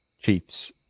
Chiefs